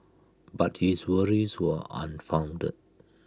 but his worries were unfounded